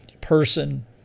person